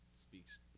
speaks